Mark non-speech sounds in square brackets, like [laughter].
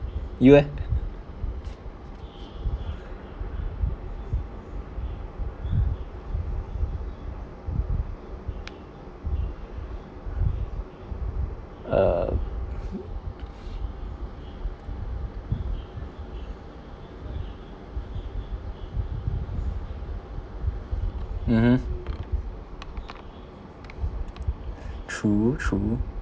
you eh [laughs] [breath] um [noise] [breath] mm true true